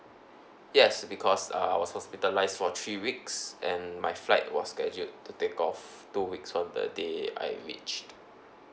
yes because uh I was hospitalised for three weeks and my flight was scheduled to take off two weeks from the day I reached